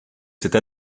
cette